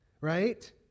right